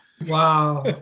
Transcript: Wow